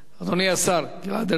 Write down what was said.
אדוני השר גלעד ארדן